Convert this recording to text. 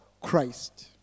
Christ